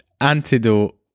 antidote